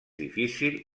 difícil